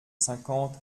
cinquante